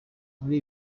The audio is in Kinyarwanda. muri